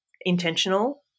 intentional